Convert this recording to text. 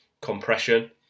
compression